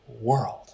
world